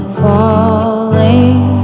falling